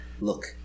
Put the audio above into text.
Look